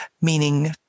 meaning